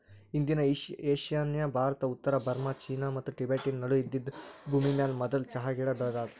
ಇಂದಿನ ಈಶಾನ್ಯ ಭಾರತ, ಉತ್ತರ ಬರ್ಮಾ, ಚೀನಾ ಮತ್ತ ಟಿಬೆಟನ್ ನಡು ಇದ್ದಿದ್ ಭೂಮಿಮ್ಯಾಲ ಮದುಲ್ ಚಹಾ ಗಿಡ ಬೆಳದಾದ